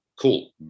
cool